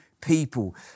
people